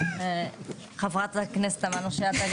חברת הכנסת תמנו שטה,